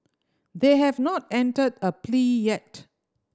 they have not entered a plea yet